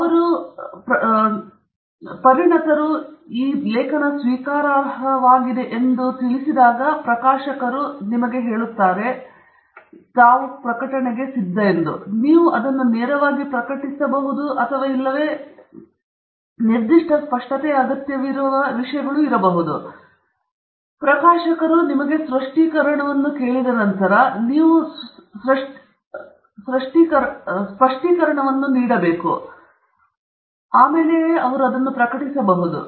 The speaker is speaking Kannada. ಆದ್ದರಿಂದ ಅವರು ನಿಮಗೆ ಒಳ್ಳೆಯದು ಎಂದು ನಿಮಗೆ ಗೊತ್ತಾಗಬಹುದು ನೀವು ಅದನ್ನು ನೇರವಾಗಿ ಪ್ರಕಟಿಸಬಹುದು ಅಥವಾ ಇಲ್ಲವೇ ನಾವು ನಿರ್ದಿಷ್ಟ ಸ್ಪಷ್ಟತೆಯ ಅಗತ್ಯವಿರುವ ವಿಷಯಗಳು ಮತ್ತು ನೀವು ಸ್ಪಷ್ಟೀಕರಣವನ್ನು ನೀಡಿದ ನಂತರ ಅದನ್ನು ಪ್ರಕಟಿಸಬಹುದು